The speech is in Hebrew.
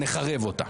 נחרב אותה.